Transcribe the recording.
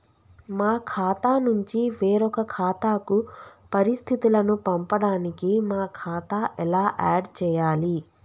మా ఖాతా నుంచి వేరొక ఖాతాకు పరిస్థితులను పంపడానికి మా ఖాతా ఎలా ఆడ్ చేయాలి?